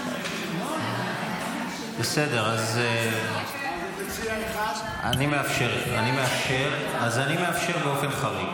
--- בסדר, אז אני מאשר באופן חריג.